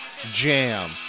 jam